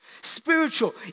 spiritual